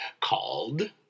called